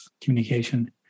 communication